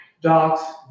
Doc's